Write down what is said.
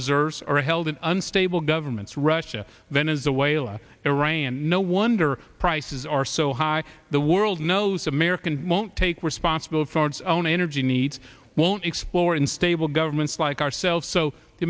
reserves are held in unstable governments russia venezuela iran and no wonder prices are so high the world knows american won't take responsibility for its own energy needs won't explore unstable governments like ourselves